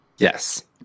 Yes